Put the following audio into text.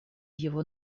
его